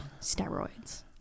Steroids